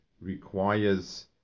requires